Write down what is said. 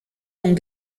ont